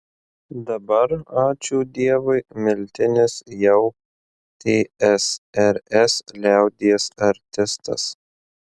dabar ačiū dievui miltinis jau tsrs liaudies artistas